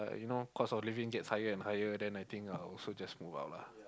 you know cause our living get higher and higher then I think I will just also just move out lah